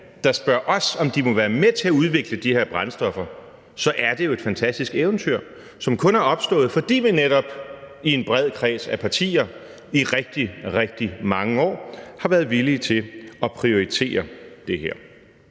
lande spørger os, om de må være med til at udvikle de her brændstoffer, så er det jo et fantastisk eventyr, som kun er opstået, fordi vi netop i en bred kreds af partier i rigtig, rigtig mange år har været villige til at prioritere det her.